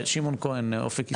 שמעון כהן מאופק ישראל.